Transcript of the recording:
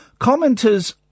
commenters